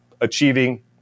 achieving